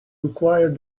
required